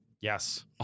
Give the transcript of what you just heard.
Yes